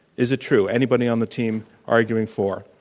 is it true? anybody on the team arguing for?